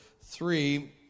three